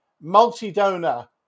multi-donor